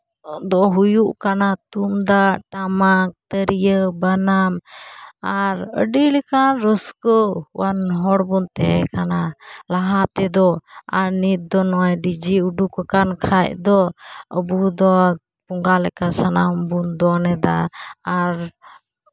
ᱫᱚ ᱦᱩᱭᱩᱜ ᱠᱟᱱᱟ ᱛᱩᱢᱫᱟᱜ ᱴᱟᱢᱟᱠ ᱛᱤᱨᱭᱟᱹ ᱵᱟᱱᱟᱢ ᱟᱨ ᱟᱹᱰᱤ ᱞᱮᱠᱟᱱ ᱨᱟᱹᱥᱠᱟᱹᱣᱟᱱ ᱦᱚᱲ ᱵᱚᱱ ᱛᱟᱦᱮᱸ ᱠᱟᱱᱟ ᱞᱟᱦᱟ ᱛᱮᱫᱚ ᱟᱨ ᱱᱤᱛ ᱫᱚ ᱱᱚᱜᱼᱚᱸᱭ ᱰᱤᱡᱮ ᱩᱰᱩᱠ ᱟᱠᱟᱱ ᱠᱷᱟᱡ ᱫᱚ ᱟᱵᱚ ᱫᱚ ᱵᱚᱸᱜᱟ ᱞᱮᱠᱟ ᱥᱟᱱᱟᱢ ᱵᱚᱱ ᱫᱚᱱ ᱮᱫᱟ ᱟᱨ